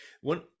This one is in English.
One